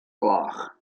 gloch